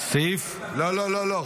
סעיף --- לא לא לא.